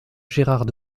gérard